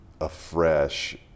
afresh